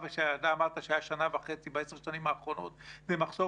היה מחסור